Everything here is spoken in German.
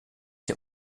der